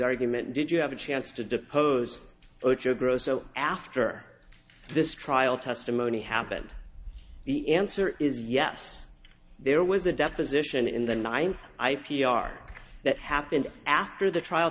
argument did you have a chance to depose ochoa grosso after this trial testimony happened the answer is yes there was a deposition in the nine i p r that happened after the trial